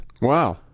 Wow